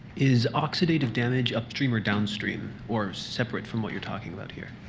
is oxidative damage upstream or downstream or separate from what you're talking about here?